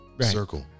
Circle